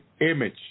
image